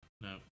No